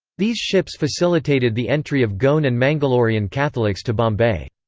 these ships facilitated the entry of goan and mangalorean catholics to bombay.